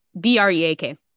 B-R-E-A-K